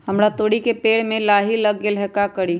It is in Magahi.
हमरा तोरी के पेड़ में लाही लग गेल है का करी?